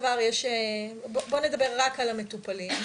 בואו נדבר רק על המטופלים,